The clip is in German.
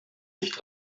sich